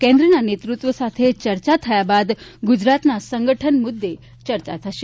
કેન્દ્રના નેતૃત્વ સાથે ચર્ચા થયા બાદ ગુજરાતના સંગઠન મુદ્દે ચર્ચા થશે